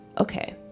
Okay